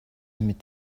mit